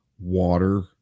water